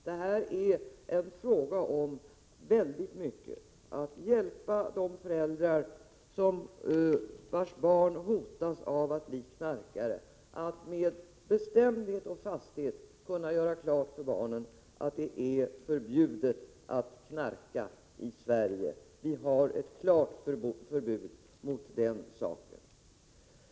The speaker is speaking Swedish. Det är här mycket en fråga om att hjälpa de föräldrar vars barn hotas av att bli knarkare att med bestämdhet och fasthet kunna göra klart för barnen att det är förbjudet att knarka i Sverige, att vi har ett klart förbud mot detta.